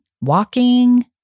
walking